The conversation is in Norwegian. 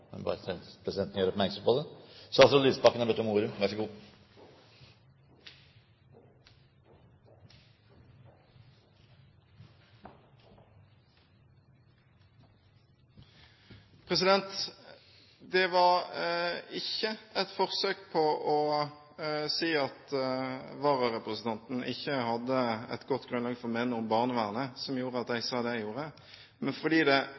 Det var ikke et forsøk på å si at vararepresentanten ikke hadde et godt grunnlag for å mene noe om barnevernet som gjorde at jeg sa det jeg sa, men fordi det